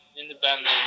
independent